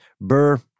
Burr